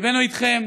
ליבנו איתכם.